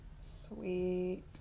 sweet